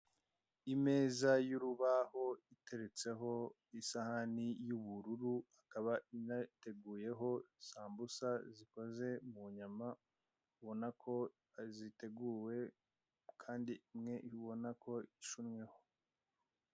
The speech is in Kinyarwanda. Imeza y'urubaho iteretseho isahani y'ubururu ikaba inateguyeho sambusa zikoze mu nyama ubona ko ziteguwe kandi imwe ubona ko ishunnyeho.